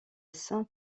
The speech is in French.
saint